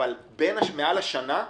אבל מעל השנה,